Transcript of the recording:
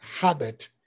habit